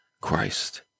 Christ